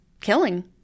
killing